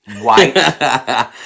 white